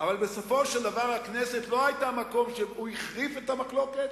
אבל בסופו של דבר הכנסת לא היתה המקום שהחריף את המחלוקת,